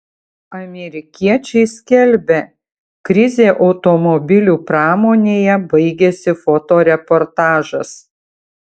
amerikiečiai skelbia krizė automobilių pramonėje baigėsi fotoreportažas